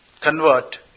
convert